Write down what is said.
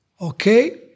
Okay